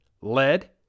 lead